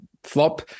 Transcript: flop